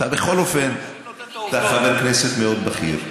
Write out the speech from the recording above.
אתה בכל אופן חבר כנסת מאוד בכיר.